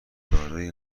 دارای